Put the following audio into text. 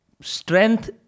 strength